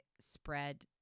spread